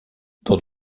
dans